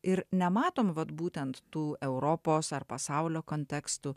ir nematom vat būtent tų europos ar pasaulio kontekstų